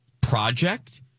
project